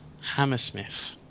Hammersmith